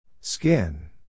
Skin